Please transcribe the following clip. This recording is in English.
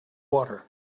water